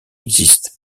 existe